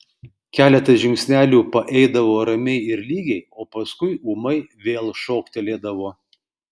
keletą žingsnelių paeidavo ramiai ir lygiai o paskui ūmai vėl šoktelėdavo